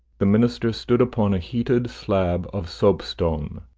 the minister stood upon a heated slab of soap-stone.